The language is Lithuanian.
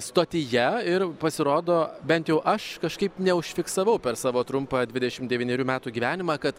stotyje ir pasirodo bent jau aš kažkaip neužfiksavau per savo trumpą dvidešim devynerių metų gyvenimą kad